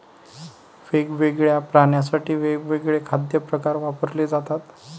वेगवेगळ्या प्राण्यांसाठी वेगवेगळे खाद्य प्रकार वापरले जातात